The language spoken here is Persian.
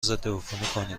ضدعفونی